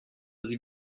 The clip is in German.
sie